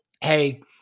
Hey